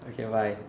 okay bye